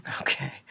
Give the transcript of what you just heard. Okay